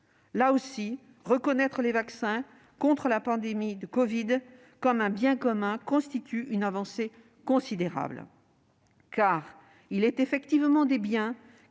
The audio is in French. Là aussi, reconnaître les vaccins contre la pandémie de covid comme un bien commun constitue une avancée considérable. Il est effectivement des biens